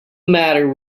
matter